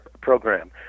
program